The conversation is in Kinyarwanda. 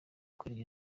gukorera